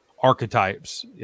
archetypes